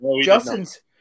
Justin's